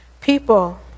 People